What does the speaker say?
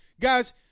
Guys